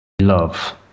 love